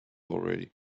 already